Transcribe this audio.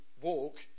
walk